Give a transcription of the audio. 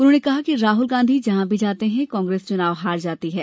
उन्होंने कहा कि राहुल गांधी जहां भी जाते हैं कांग्रेस चुनाव हार जाती है